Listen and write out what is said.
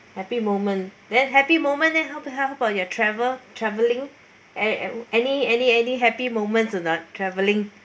happy moment then happy moment leh how about your travel travelling a~ any any any happy moments in the travelling